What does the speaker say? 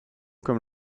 comme